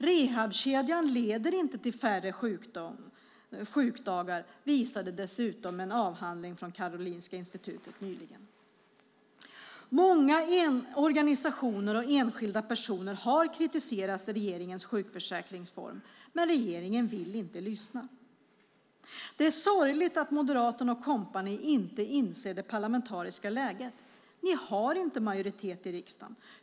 Rehabkedjan leder inte till färre sjukdagar, vilket nyligen visats i en avhandling från Karolinska Institutet. Många organisationer och enskilda personer har kritiserat regeringens sjukförsäkringsreform, men regeringen vill inte lyssna. Det är sorgligt att Moderaterna och kompani inte inser det parlamentariska läget. Ni har inte majoritet i riksdagen.